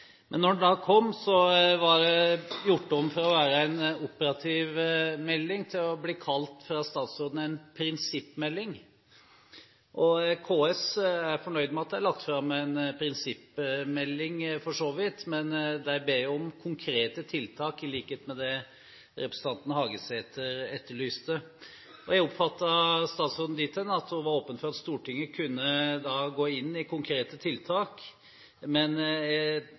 Men da den kom, var den gjort om fra å være en operativ melding til å bli kalt en prinsippmelding av statsråden. KS er – for så vidt – fornøyd med at det er lagt fram en prinsippmelding, men ber om konkrete tiltak, i likhet med det representanten Hagesæter etterlyste. Jeg oppfattet statsråden dit hen at hun var åpen for at Stortinget kunne gå inn i konkrete tiltak. Men